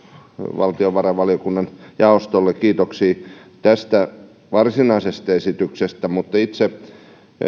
valtiovarainvaliokunnan jaostolle kiitoksia tästä varsinaisesta esityksestä mutta itse